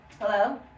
Hello